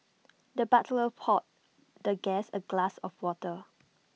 the butler poured the guest A glass of water